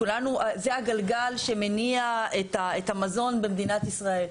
זה הגלגל שמניע את המזון במדינת ישראל,